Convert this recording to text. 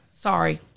Sorry